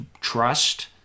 trust